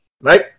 right